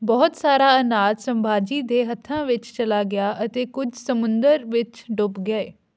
ਬਹੁਤ ਸਾਰਾ ਅਨਾਜ ਸੰਭਾਜੀ ਦੇ ਹੱਥਾਂ ਵਿੱਚ ਚਲਾ ਗਿਆ ਅਤੇ ਕੁਝ ਸਮੁੰਦਰ ਵਿੱਚ ਡੁੱਬ ਗਏ